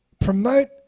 promote